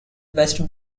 west